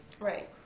Right